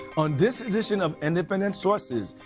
on this edition of independent sources,